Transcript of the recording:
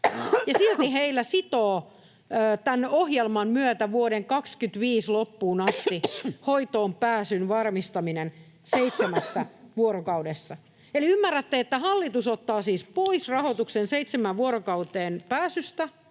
silti heitä sitoo tämän ohjelman myötä vuoden 25 loppuun asti hoitoonpääsyn varmistaminen seitsemässä vuorokaudessa. Eli ymmärrätte, että hallitus ottaa siis pois rahoituksen seitsemään vuorokauteen pääsystä,